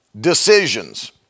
decisions